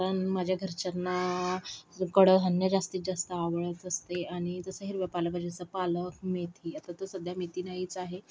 कारण माझ्या घरच्यांना कडधान्य जास्तीत जास्त आवडत असते आणि जसं हिरव्या पालेभाज्या जसं पालक मेथी आता तर सध्या मेथी नाहीच आहे